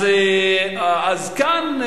כאן,